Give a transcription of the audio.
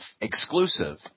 exclusive